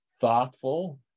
thoughtful